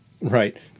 right